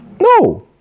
No